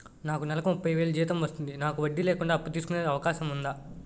నాకు నేలకు ముప్పై వేలు జీతం వస్తుంది నాకు వడ్డీ లేకుండా అప్పు తీసుకునే అవకాశం ఉందా